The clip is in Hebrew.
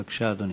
בבקשה, אדוני.